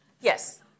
Yes